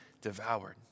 devoured